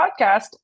podcast